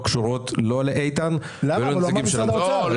קשורות לא לאיתן ולא לנציגים של האוצר.